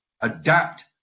adapt